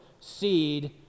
Seed